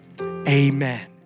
amen